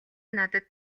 надад